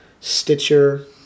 Stitcher